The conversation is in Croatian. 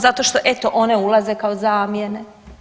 Zato što eto one ulaze kao zamjene.